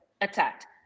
attacked